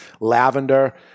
lavender